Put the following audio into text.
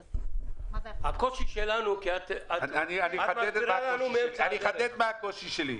הקושי שלנו --- אני אחדד מה הקושי שלי.